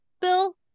bill